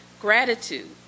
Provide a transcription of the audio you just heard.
gratitude